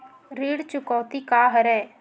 ऋण चुकौती का हरय?